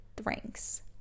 drinks